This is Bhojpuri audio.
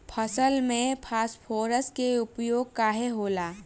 फसल में फास्फोरस के उपयोग काहे होला?